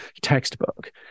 textbook